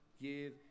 give